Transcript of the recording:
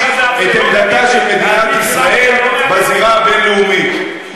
את עמדתה של מדינת ישראל בזירה הבין-לאומית?